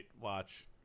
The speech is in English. watch